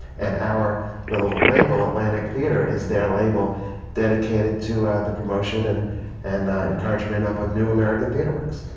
and our little label, atlantic theatre, is their label dedicated to the promotion and and encouragement of new american theatre works.